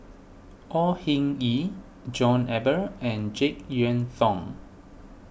Au Hing Yee John Eber and Jek Yeun Thong